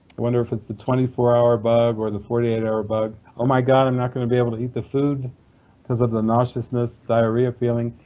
wonder if it's twenty four hour bug or the forty eight hour bug? oh my god, i'm not going to be able to eat the food because of the nauseousness, diarrhea feeling.